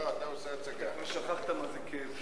כבר שכחת מה זה כאב.